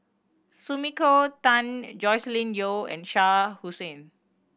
Sumiko Tan Joscelin Yeo and Shah Hussain